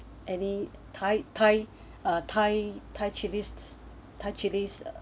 any thai thai thai thai chilis